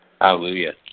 Hallelujah